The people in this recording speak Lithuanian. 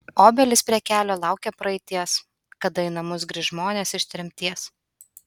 obelys prie kelio laukia praeities kada į namus grįš žmonės iš tremties